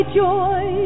joy